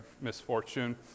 misfortune